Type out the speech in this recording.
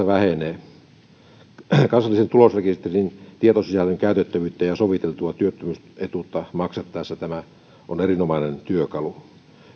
vähenee kansallisen tulorekisterin tietosisällön käytettävyydessä ja sovitellun työttömyysetuuden maksamisessa tämä on erinomainen työkalu